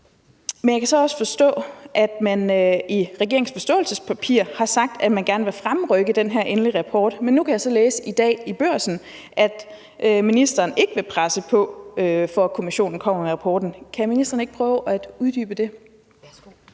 Men jeg kan forstå, at man i regeringens forståelsespapir har sagt, at man gerne vil fremrykke den her endelige rapport, og nu kan jeg så læse i dag i Børsen, at ministeren ikke vil presse på for, at kommissionen kommer med rapporten. Kan ministeren ikke prøve at uddybe det?